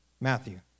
Matthew